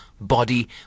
body